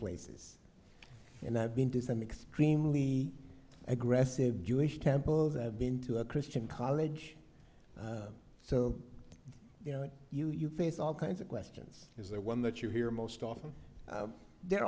places and i've been to some extremely aggressive jewish temples i've been to a christian college so you know you you face all kinds of questions is there one that you hear most often they're